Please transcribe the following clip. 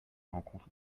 l’encontre